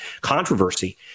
controversy